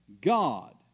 God